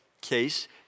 case